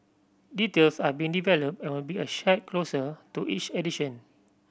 details are being developed and will be a shared closer to each edition